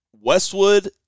Westwood